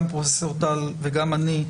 גם פרופ' טל וגם אני,